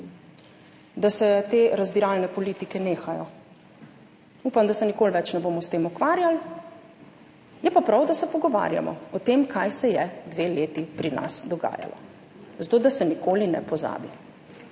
da se te razdiralne politike nehajo. Upam, da se nikoli več ne bomo s tem ukvarjali. Je pa prav, da se pogovarjamo o tem, kaj se je dve leti pri nas dogajalo, zato da se nikoli ne pozabi.